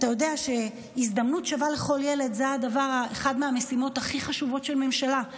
אתה יודע שהזדמנות שווה לכל ילד זו אחת מהמשימות הכי חשובות של ממשלה.